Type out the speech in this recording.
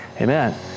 Amen